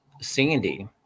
sandy